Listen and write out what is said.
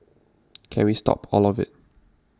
can we stop all of it